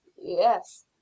Yes